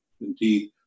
indeed